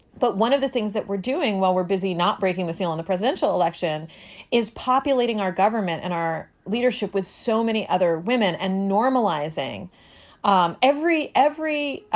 but one of the things that we're doing while we're busy not breaking the seal in the presidential election is populating our government and our leadership with so many other women and normalizing um every every ah